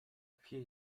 vier